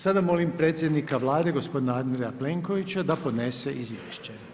Sada molim predsjednika Vlade gospodina Andreja Plenkovića, da podnese izvješće.